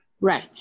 Right